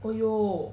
我有